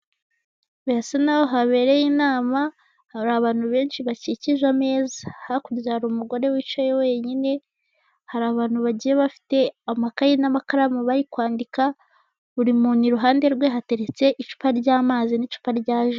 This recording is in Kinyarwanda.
Birasa naho habereye inama, hari abantu benshi bakikije ameza, hakurya hari umugore wicaye wenyine, hari abantu bagiye bafite amakaye n'amakaramu bari kwandika. Buri muntu iruhande rwe hateretse icupa ry'amazi n'icupa rya ji.